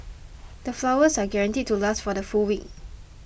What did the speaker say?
the flowers are guaranteed to last for the full week